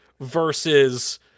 versus